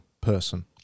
person